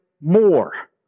more